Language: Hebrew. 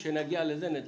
כאשר נגיע לזה, נדבר.